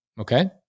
okay